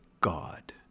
God